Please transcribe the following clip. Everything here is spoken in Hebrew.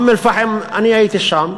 הייתי שם,